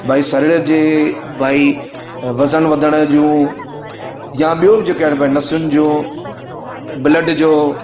भाई शरीर जे भाई वज़न वधण जूं या ॿियो बि जेके आहे भाई नसुनि जो ब्लड जो